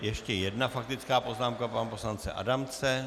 Ještě jedna faktická poznámka pana poslance Adamce.